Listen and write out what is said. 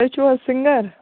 تُہۍ چھُو حظ سِنٛگَر